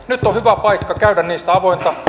nyt on hyvä paikka käydä niistä avointa